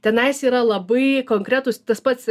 tenais yra labai konkretūs tas pats